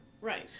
right